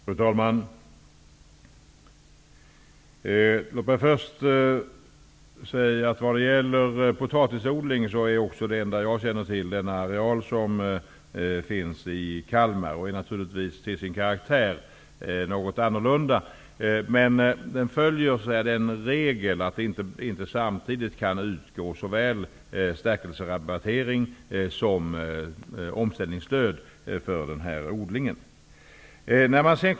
Fru talman! Låt mig först säga att när det gäller potatisodling är den areal som finns i Kalmar också den enda som jag känner till. Till sin karaktär är den naturligtvis något annorlunda. Men för den här odlingen gäller regeln att det inte samtidigt kan utgå både stärkelserabattering och omställningsstöd.